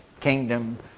kingdom